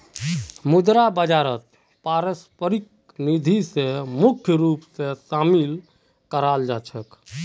मुद्रा बाजारत पारस्परिक निधि स मुख्य रूप स शामिल कराल जा छेक